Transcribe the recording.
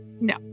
no